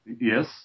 yes